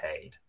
paid